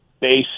base